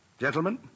Gentlemen